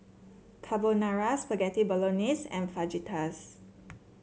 Carbonara Spaghetti Bolognese and Fajitas